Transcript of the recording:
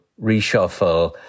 reshuffle